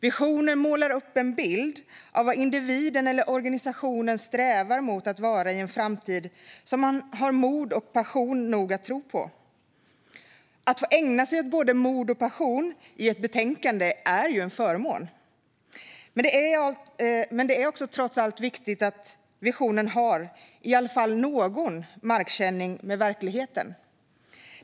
Visionen målar upp en bild av vad individen eller organisationen strävar mot att vara i en framtid som man har mod och passion nog att tro på. Att få ägna sig åt "mod" och "passion" i ett betänkande är en förmån. Men det är trots allt viktigt att visionen i alla fall har någon markkänning med verkligheten.